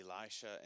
Elisha